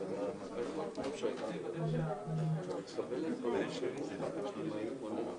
אבל אני רוצה לדבר עם הסיעה שלי לפני ההצבעה.